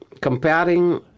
comparing